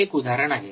हे एक उदाहरण आहे